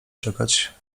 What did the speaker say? czekać